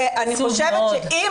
אני חושבת שאם